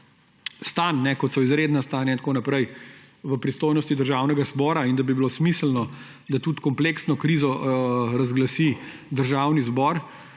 stanj, kot so izredna stanja in tako naprej, v pristojnosti Državnega zbora in da bi bilo smiselno, da tudi kompleksno krizo razglasi Državni zbor.